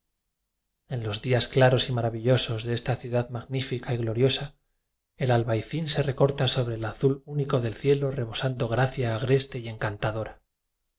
en los días claros y maravillosos de esta ciudad magnífica y gloriosa el albayzín se recorta sobre el azul único del cielo rebo sando gracia agreste y encantadora